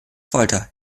folter